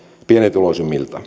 pienituloisimmilta